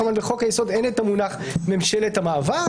כמובן שבחוק היסוד אין את המונח "ממשלת המעבר",